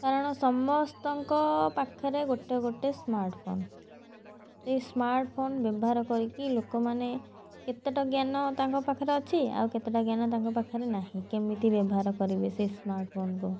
କାରଣ ସମସ୍ତଙ୍କ ପାଖରେ ଗୋଟେ ଗୋଟେ ସ୍ମାର୍ଟଫୋନ ଏ ସ୍ମାର୍ଟଫୋନ ବ୍ୟବହାର କରିକି ଲୋକମାନେ କେତେଟା ଜ୍ଞାନ ତାଙ୍କ ପାଖରେ ଅଛି ଆଉ କେତେଟା ଜ୍ଞାନ ତାଙ୍କ ପାଖରେ ନାହିଁ କେମିତି ବ୍ୟବହାର କରିବେ ସେ ସ୍ମାର୍ଟଫୋନକୁ